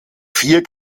vier